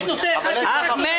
יש גם אחריות, מה לעשות.